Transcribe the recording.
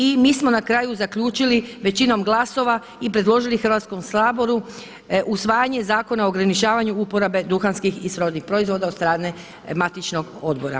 I mi smo na kraju zaključili većinom glasova i predložili Hrvatskom saboru usvajanje Zakona o ograničavanju uporabe duhanskih i srodnih proizvoda od strane matičnog odbora.